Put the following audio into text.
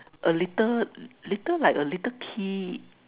A little little like a little key